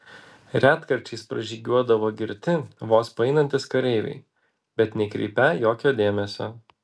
retkarčiais pražygiuodavo girti vos paeinantys kareiviai bet nekreipią jokio dėmesio